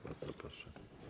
Bardzo proszę.